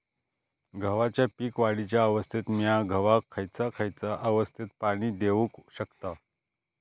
गव्हाच्या पीक वाढीच्या अवस्थेत मिया गव्हाक खैयचा खैयचा अवस्थेत पाणी देउक शकताव?